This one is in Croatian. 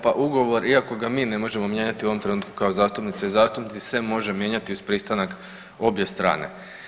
Pa ugovor iako ga mi ne možemo mijenjati u ovom trenutku kao zastupnice i zastupnici se može mijenjati uz pristanak obje strane.